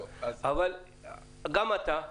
גם אתה,